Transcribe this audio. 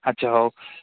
ଆଚ୍ଛା ହଉ